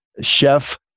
Chef